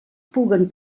puguen